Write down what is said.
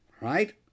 right